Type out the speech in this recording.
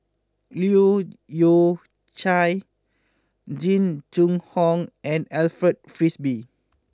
Leu Yew Chye Jing Jun Hong and Alfred Frisby